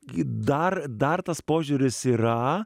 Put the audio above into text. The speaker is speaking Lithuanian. gi dar dar tas požiūris yra